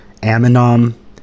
Aminom